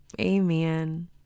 Amen